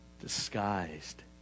Disguised